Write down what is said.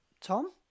Tom